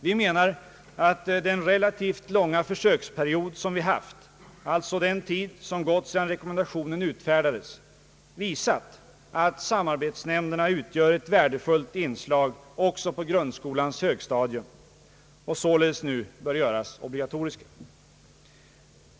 Vi menar att den relativt långa försöksperiod som vi haft, alltså den tid som gått sedan rekommendationen utfärdades, har visat att samarbetsnämnden utgör ett värdefullt inslag också på grundskolans högstadium och således nu bör göras obligatorisk.